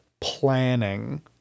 planning